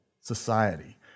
society